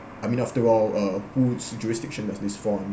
I mean after all uh full jurisdiction of this form